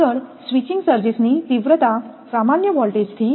આગળ સ્વિચિંગ સર્જેસની તીવ્રતા સામાન્ય વોલ્ટેજથી 2